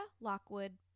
Lockwood